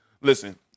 listen